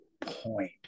point